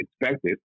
expected